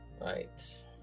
Right